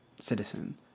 citizen